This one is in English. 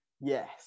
Yes